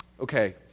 okay